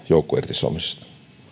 joukkoirtisanomisista